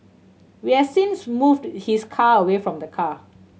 we has since moved his car away from the car